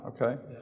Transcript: Okay